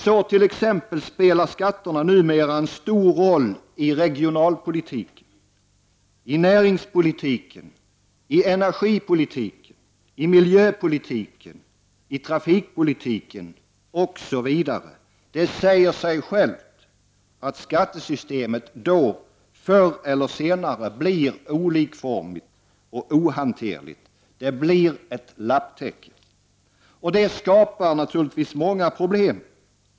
Så t.ex. spelar skatterna numera en stor roll i regionalpolitiken, i näringspolitiken, i energipolitiken, i miljöpolitiken, i trafikpolitiken, osv. Det säger sig självt att skattesystemet då förr eller senare blir olikformigt och ohanterligt. Det blir ett lapptäcke. Och det skapar naturligtvis många problem.